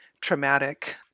traumatic